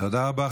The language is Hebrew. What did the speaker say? תודה רבה.